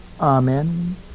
Amen